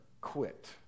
quit